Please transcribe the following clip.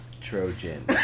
Trojan